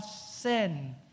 sin